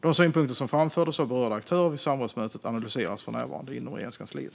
De synpunkter som framfördes av berörda aktörer vid samrådsmötet analyseras för närvarande inom Regeringskansliet.